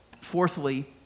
Fourthly